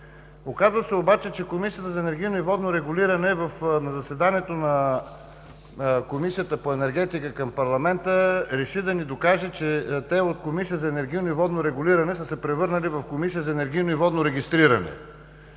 Оказа се обаче, че Комисията за енергийно и водно регулиране на заседанието на Комисията по енергетика към парламента реши да ни докаже, че те от Комисия за енергийно и водно регулиране са се превърнали в Комисия за енергийно и водно регистриране!